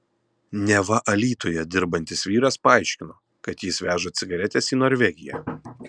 neva alytuje dirbantis vyras paaiškino kad jis veža cigaretes į norvegiją